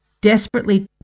desperately